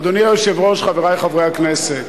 אדוני היושב-ראש, חברי חברי הכנסת,